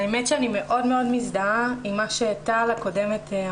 האמת שאני מאוד מזדהה עם מה שטל אמרה,